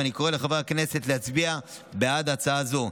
ואני קורא לחברי הכנסת להצביע בעד ההצעה הזו.